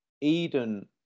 Eden